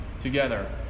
together